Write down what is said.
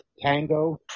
Tango